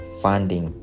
funding